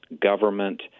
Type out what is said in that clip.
government